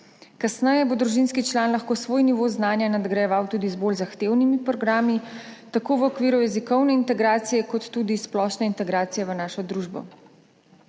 Kasneje bo družinski član lahko svoj nivo znanja nadgrajeval tudi z bolj zahtevnimi programi, tako v okviru jezikovne integracije kot tudi splošne integracije v našo družbo.